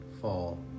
fall